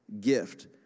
gift